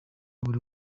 buri